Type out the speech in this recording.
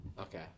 Okay